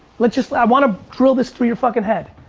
let's just, i wanna drill this through your fucking head.